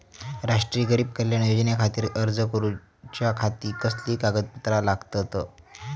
राष्ट्रीय गरीब कल्याण योजनेखातीर अर्ज करूच्या खाती कसली कागदपत्रा लागतत?